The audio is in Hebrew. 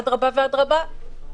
אדרבה ואדרבה,